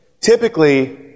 Typically